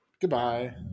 Goodbye